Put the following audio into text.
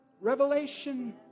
revelation